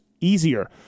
easier